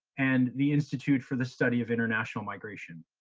and the institute for the study of international migration.